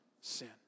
sin